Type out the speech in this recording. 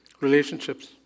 relationships